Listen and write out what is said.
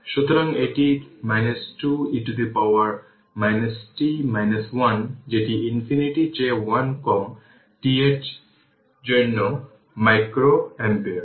সুতরাং এটি 2 e t 1 যেটি ইনফিনিটি চেয়ে 1 কম t এর জন্য মাইক্রোঅ্যাম্পিয়ার